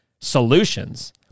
solutions